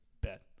bet